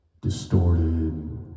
distorted